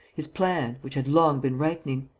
his plan, which had long been ripening.